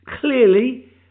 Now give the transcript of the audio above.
clearly